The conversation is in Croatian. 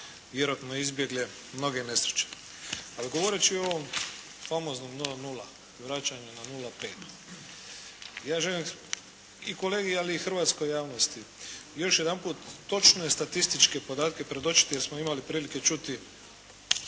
vjerojatno izbjegle mnoge nesreće. Ali govoreći o ovom famoznom 0,0 vraćanja na 0,5 ja želim i kolegi ali i hrvatskoj javnosti još jedanput točne statističke podatke predočiti jer smo imali prilike čuti